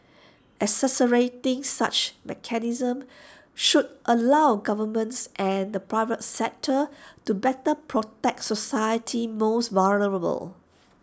accelerating such mechanisms should allow governments and the private sector to better protect society's most vulnerable